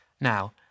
Now